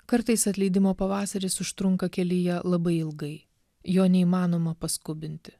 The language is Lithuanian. kartais atleidimo pavasaris užtrunka kelyje labai ilgai jo neįmanoma paskubinti